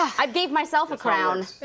i gave myself a crown.